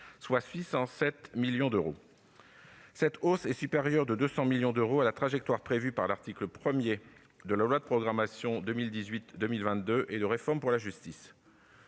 soit 607 millions d'euros. Cette hausse est supérieure de 200 millions d'euros à la trajectoire prévue par l'article 1 de la loi de programmation 2018-2022 et de réforme pour la justice.